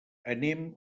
anem